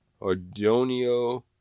Ordonio